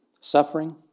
suffering